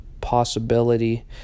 possibility